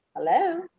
Hello